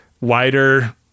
wider